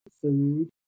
food